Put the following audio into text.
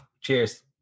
Cheers